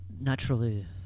naturally